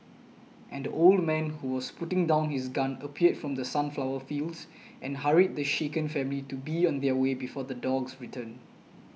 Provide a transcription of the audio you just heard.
and old man who was putting down his gun appeared from the sunflower fields and hurried the shaken family to be on their way before the dogs return